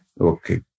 Okay